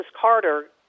Carter